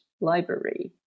Library